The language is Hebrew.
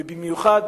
ובמיוחד